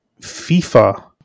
FIFA